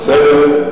בסדר,